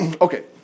Okay